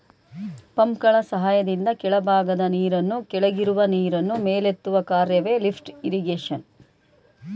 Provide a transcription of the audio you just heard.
ಪಂಪ್ಗಳ ಸಹಾಯದಿಂದ ಕೆಳಭಾಗದ ನೀರನ್ನು ಕೆಳಗಿರುವ ನೀರನ್ನು ಮೇಲೆತ್ತುವ ಕಾರ್ಯವೆ ಲಿಫ್ಟ್ ಇರಿಗೇಶನ್